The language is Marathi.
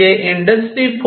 जे इंडस्ट्री 4